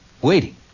waiting